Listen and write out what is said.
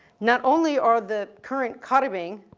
not only are the current katabing,